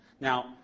Now